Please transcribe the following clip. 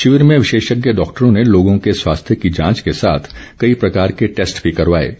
शिविर में विशेषज्ञ डॉक्टरों ने लोगों के स्वास्थ्य की जांच के साथ कई प्रकार के टैस्ट भी करवाए गए